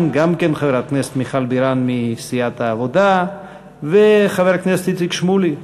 חברת הכנסת מיכל בירן וחבר הכנסת איציק שמולי.